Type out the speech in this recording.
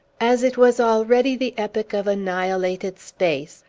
as it was already the epoch of annihilated space,